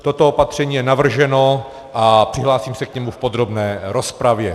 Toto opatření je navrženo a přihlásím se k němu v podrobné rozpravě.